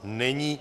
Není.